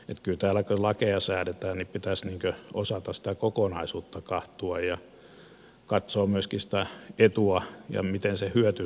kyllä täällä kun lakeja säädetään pitäisi osata sitä kokonaisuutta katsoa ja katsoa myöskin sitä etua ja sitä miten se hyöty saadaan